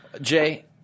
Jay